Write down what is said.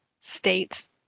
states